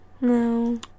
No